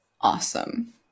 Awesome